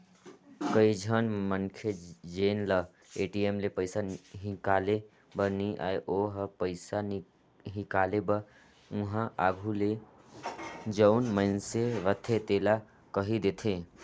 कइझन मनखे जेन ल ए.टी.एम ले पइसा हिंकाले बर नी आय ओ ह पइसा हिंकाले बर उहां आघु ले जउन मइनसे रहथे तेला कहि देथे